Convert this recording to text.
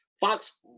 Fox